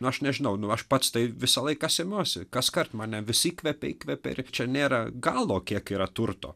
aš nežinau nu aš pats tai visą laiką semiuosi kaskart mane vis įkvepia įkvepia irčia nėra galo kiek yra turto